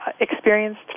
experienced